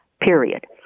Period